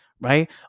right